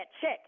check